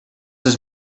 his